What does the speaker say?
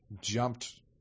jumped